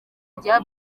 rya